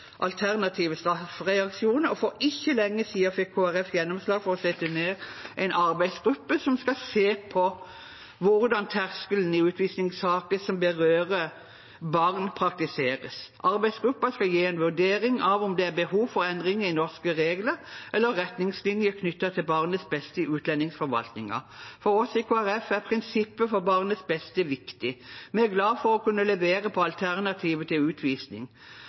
fikk Kristelig Folkeparti gjennomslag for å sette ned en arbeidsgruppe som skal se på hvordan terskelen i utvisningssaker som berører barn, praktiseres. Arbeidsgruppen skal gi en vurdering av om det er behov for endringer i norske regler eller retningslinjer knyttet til barnets beste i utlendingsforvaltningen. For oss i Kristelig Folkeparti er prinsippet for barnets beste viktig. Vi er glade for å kunne levere på alternativer til utvisning